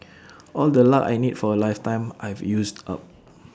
all the luck I need for A lifetime I've used up